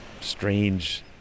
strange